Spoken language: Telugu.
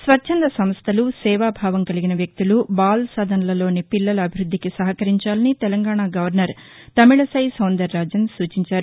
స్వచ్చంద సంస్లలు సేవ భావం కలిగిన వ్యక్తులు బాల్ సదన్లలోని పిల్లల అభివృద్ధికి సహకరించాలని తెలంగాణ గవర్నర్ తమిళసై సౌందరరాజన్ సూచించారు